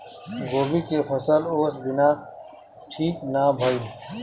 गोभी के फसल ओस बिना ठीक ना भइल